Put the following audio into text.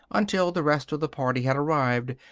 until the rest of the party had arrived,